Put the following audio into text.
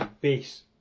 base